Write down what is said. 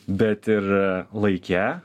bet ir laike